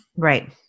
Right